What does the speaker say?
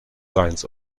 signs